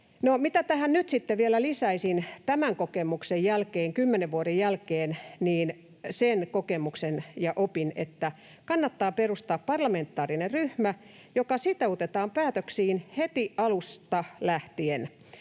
sitten vielä lisäisin tämän kokemuksen jälkeen, kymmenen vuoden jälkeen? Sen kokemuksen ja opin, että kannattaa perustaa parlamentaarinen ryhmä, joka sitoutetaan päätöksiin heti alusta lähtien.